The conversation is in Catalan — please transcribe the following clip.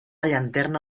llanterna